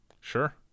Sure